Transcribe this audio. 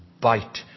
bite